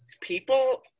people